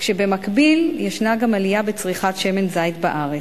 כשבמקביל ישנה גם עלייה בצריכת שמן זית בארץ.